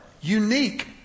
unique